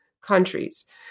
countries